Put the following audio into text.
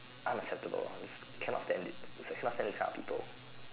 unacceptable cannot stand it cannot stand this kind of people